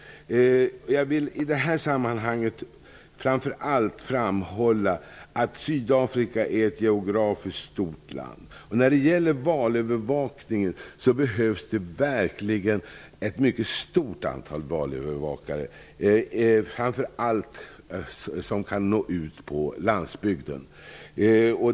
Jag vill i det här sammanhanget framför allt framhålla att Sydafrika är ett geografiskt stort land. För valövervakningen behövs det verkligen ett mycket stort antal valövervakare, framför allt för att kunna nå ut på landsbygden.